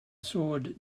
sword